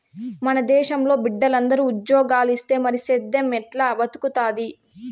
మన దేశంలో బిడ్డలందరూ ఉజ్జోగాలిస్తే మరి సేద్దెం ఎట్టా బతుకుతాది